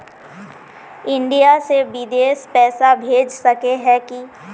India से बिदेश पैसा भेज सके है की?